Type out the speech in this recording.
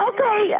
Okay